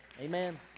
amen